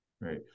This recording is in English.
Right